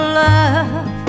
love